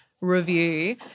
review